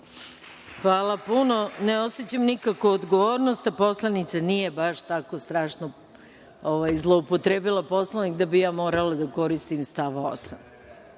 Hvala. Ne osećam nikakvu odgovornost, a poslanica nije baš tako strašno zloupotrebila Poslovnik da bih ja morala da koristim stav 8.